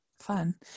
Fun